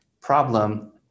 problem